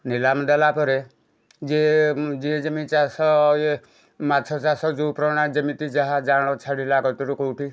ନିଲାମ ଦେଲା ପରେ ଯେ ଯିଏ ଯେମିତି ଚାଷ ଇଏ ମାଛ ଚାଷ ଯେଉଁ ପ୍ରଣାଳୀ ଯେମିତି ଯାହା ଯାଁଆଳ ଛାଡ଼ିଲା କତୁରୁ କେଉଁଠି